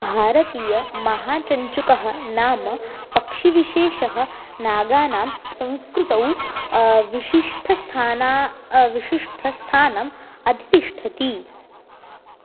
भारतीयमहाचञ्चुकः नाम पक्षिविशेषः नागानां संस्कृतौ विशिष्ठस्थानं विशिष्ठस्थानम् अधितिष्ठति